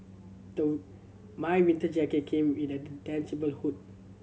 my winter jacket came with a detachable hood